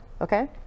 Okay